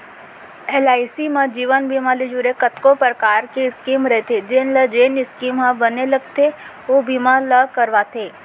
LIC म जीवन बीमा ले जुड़े कतको परकार के स्कीम रथे जेन ल जेन स्कीम ह बने लागथे ओ बीमा ल करवाथे